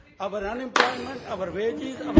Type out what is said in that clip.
our unemployment, our wages,